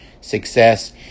success